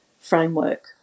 framework